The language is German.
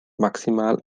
maximal